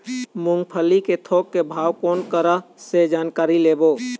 मूंगफली के थोक के भाव कोन करा से जानकारी लेबो?